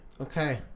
Okay